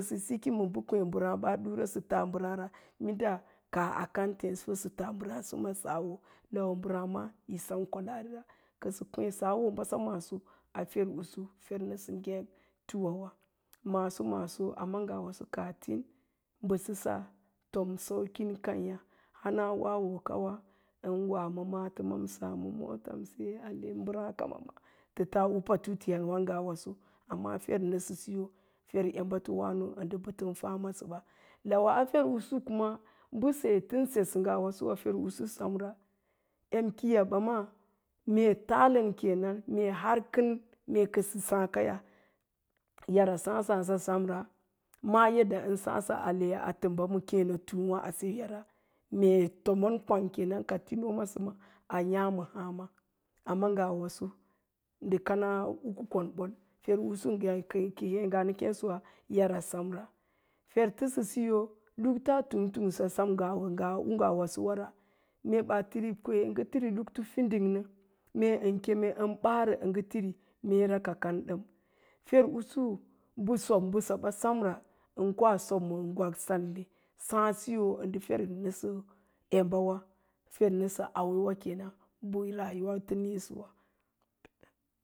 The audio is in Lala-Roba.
Sə siki me bə kwéé mbəráá ba sa taa mbəráá ra kaaa a kán téés pəsə taa mbəráásəsa saa wo lawa mbəráásása yi sem kwalaarira kə sə kwéé ɓasa maaso, fer'usu, fer nəsə ngék tuwawa. Maaso-maaso amna ngawaso kaah tin bəsəsa tom saukin kááyá hana wawokawa ən wa ma maatəmsa ma motamse ale mbəráákama tə taa u patutiyawan ngawaso amma fer nəsəsiyo fer ndə embato wáno ndə tən tən famasəɓa, lawa a fer'usu kuma mbəse tən sesa a fer'usuɓa ngawa semra, em kiiya ɓa maa mee taalən kenan mee har kən mee kəsə dáá kaya yara sáá sáása semra, ma'á yadda ən sáásə a təmɓa ma kéeno túúwá a seyara mee tomon kwang kenan ka ti noma səma a yáma hááma, amma ngawaso ndə kana ukukon ɓol, fer'usu ngék kən ngaa nə kéésəwa yara semra fer təsəsiyo luktaa tung tung sa sem ngaa u ngaa wasowara mee baa tiri kwee ə ngə tiri luktu fiding nə, mee ən kem ə ngə bəarə ngə tiri meera ka kan ɗəm fer'usu mbə sob mbəsaɓa semra ən koa sob ma gwatsangle, sáád siyo ndə fer nəsə embawa fer nəsə auwewa kən an ndə rayuwa tə níísəwa.